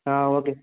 okay